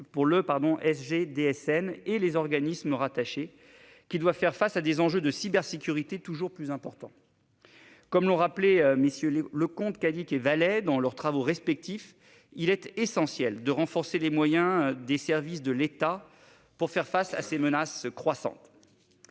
pour le SGDSN et les organismes rattachés, qui doivent faire face à des enjeux de cybersécurité toujours plus importants. Comme l'ont rappelé MM. Leconte, Cadic et Vallet dans leurs travaux respectifs, il est essentiel de renforcer les moyens des services de l'État pour faire face à ces menaces croissantes.